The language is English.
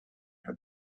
had